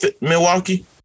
Milwaukee